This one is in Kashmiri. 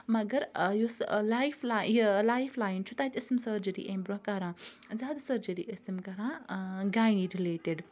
مَگَر یُس لایف لایِن چھُ تَتہِ ٲسۍ یِم سرجِری امہِ برونٛہہ کَران زیادٕ سرجری ٲسۍ تِم کَران گَینی رِلیٹِڈ